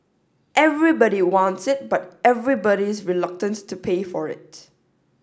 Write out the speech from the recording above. everybody wants it but everybody's reluctant to pay for it